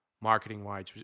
marketing-wise